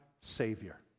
Savior